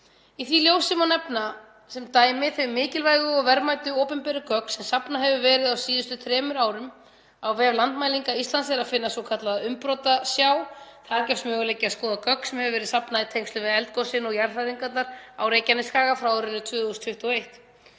Í því ljósi má nefna sem dæmi þau mikilvægu og verðmætu opinberu gögn sem safnað hefur verið á síðustu þremur árum. Á vef Landmælinga Íslands er að finna svokallaða umbrotasjá. Þar gefst möguleiki á að skoða gögn sem hefur verið safnað í tengslum við eldgosin og jarðhræringarnar á Reykjanesskaga frá árinu 2021.